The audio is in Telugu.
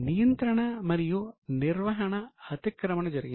నియంత్రణ మరియు నిర్వహణ అతిక్రమణ జరిగింది